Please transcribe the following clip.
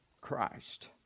Christ